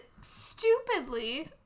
stupidly